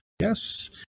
Yes